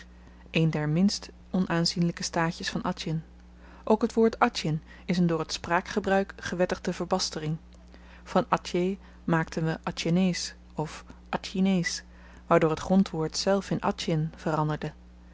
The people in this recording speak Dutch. een der minst onaanzienlyke staatjes van atjin ook t woord atjin is n door t spraakgebruik gewettigde verbastering van atjeh maakten we atjehnees of atjinees waardoor t grondwoord zelf in atjin veranderde